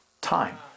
time